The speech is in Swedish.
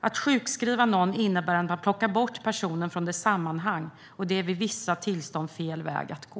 Att sjukskriva någon innebär att man plockar bort personen från dess sammanhang, och det är vid vissa tillstånd fel väg att gå.